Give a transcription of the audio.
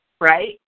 Right